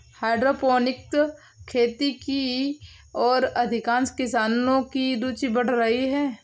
hydroponic खेती की ओर अधिकांश किसानों की रूचि बढ़ रही है